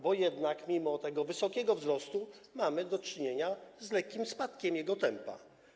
Bo jednak mimo tego wysokiego wzrostu mamy do czynienia z lekkim spadkiem jego tempa?